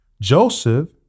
Joseph